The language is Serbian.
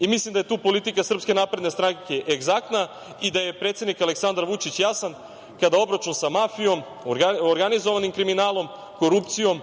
Mislim da je tu politika SNS egzaktna i da je predsednik Aleksandar Vučić jasan kada obračun sa mafijom, organizovanim kriminalom, korupcijom,